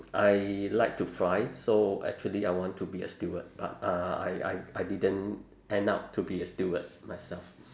I like to fly so actually I want to be a steward but uh I I I didn't end up to be a steward myself